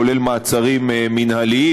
כולל מעצרים מינהליים,